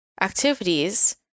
activities